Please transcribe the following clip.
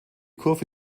kurve